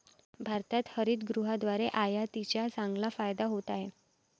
भारताला हरितगृहाद्वारे आयातीचा चांगला फायदा होत आहे